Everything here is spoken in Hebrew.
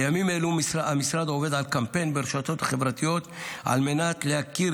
בימים אלו המשרד עובד על קמפיין ברשתות החברתיות על מנת להכיר